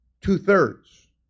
two-thirds